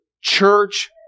church